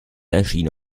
erschien